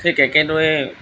ঠিক একেদৰে